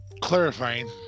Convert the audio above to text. clarifying